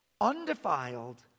undefiled